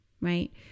right